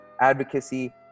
advocacy